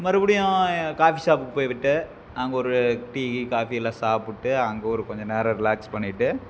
மறுபடியும் காஃபி சாப்புக்கு போய்க்கிட்டு அங்கே ஒரு டீ கீ காஃபி எல்லாம் சாப்பிட்டு அங்கே ஒரு கொஞ்சம் நேரம் ரிலாக்ஸ் பண்ணிவிட்டு